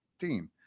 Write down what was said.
team